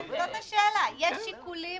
יש שיקולים